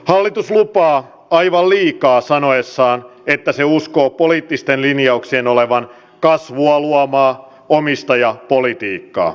hallitus lupaa aivan liikaa sanoessaan että se uskoo poliittisten linjauksien olevan kasvua luovaa omistajapolitiikkaa